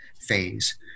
phase